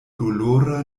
dolora